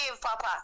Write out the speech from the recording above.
Papa